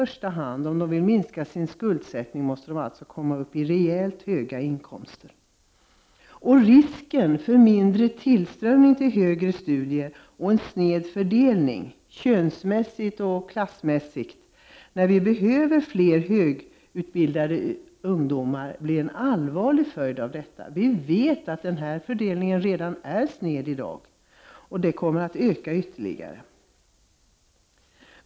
Om de vill minska sin skuldsättning måste de alltså komma upp i rejält höga inkomster. Risken för mindre tillströmning till högre studier och en sned fördelning — könsmässigt och klassmässigt — när vi behöver fler högutbildade, blir en allvarlig följd av detta. Vi vet att fördelningen redan är sned i dag, och det kommer att öka ytterligare.